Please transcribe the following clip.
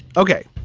ok,